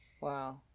Wow